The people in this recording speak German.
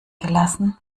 gelassen